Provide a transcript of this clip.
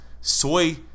soy